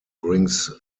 brings